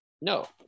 No